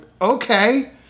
okay